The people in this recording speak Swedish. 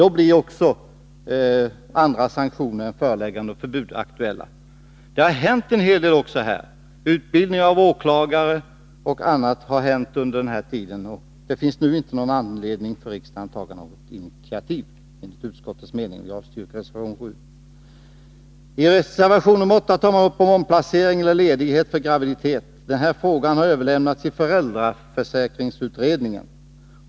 Då blir också andra sanktioner än föreläggande och förbud aktuella. Det har hänt en hel del här, bl.a. utbildning av åklagare. Det finns enligt utskottets mening nu inte någon anledning för riksdagen att ta något initiativ. Jag yrkar avslag på reservation 7. I reservation 8 tas upp frågan om omplacering och ledighet för graviditet. Frågan har överlämnats till föräldraförsäkringsutredningen.